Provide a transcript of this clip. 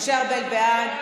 משה ארבל, בעד,